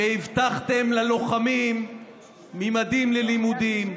שהבטחתם ללוחמים ממדים ללימודים,